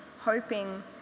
hoping